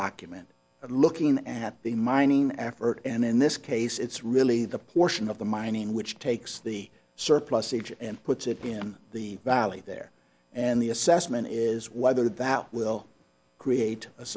document looking at the mining effort and in this case it's really the portion of the mining which takes the surplus age and puts it in the valley there and the assessment is whether that will create a